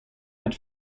had